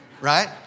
Right